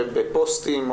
בפוסטים,